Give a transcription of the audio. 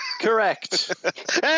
Correct